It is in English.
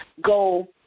go